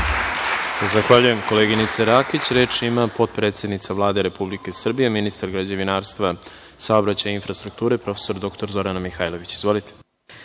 Zahvaljujem, koleginice Rakić. Reč ima potpredsednica Vlade Republike Srbije, ministar građevinarstva, saobraćaja, infrastrukture, prof. dr Zorana Mihajlović. Izvolite.